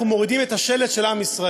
אנחנו מורידים את השלט של עם ישראל.